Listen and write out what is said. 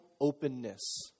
openness